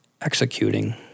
executing